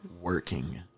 Working